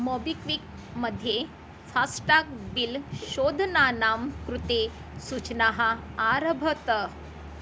MobiKwik मध्ये FASTag bill शोधनानां कृते सूचनाः आरभत